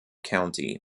county